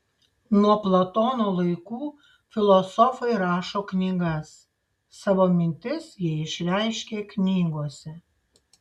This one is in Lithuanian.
nuo platono laikų filosofai rašo knygas savo mintis jie išreiškia knygose